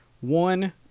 one